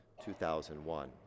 2001